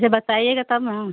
जब बताइएगा तब ना